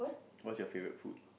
what's your favorite food